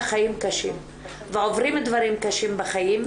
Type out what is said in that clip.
החיים קשים ועוברים דברים קשים בחיים,